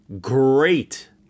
great